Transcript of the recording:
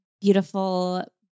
beautiful